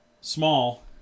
small